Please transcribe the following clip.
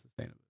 sustainability